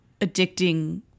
addicting